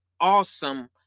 awesome